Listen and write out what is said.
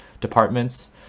departments